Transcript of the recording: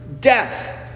death